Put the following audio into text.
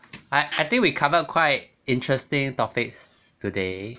I I think we covered quite interesting topics today